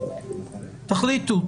תחליטו,